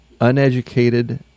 uneducated